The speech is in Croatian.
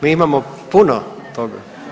Mi imamo puno toga.